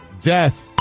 Death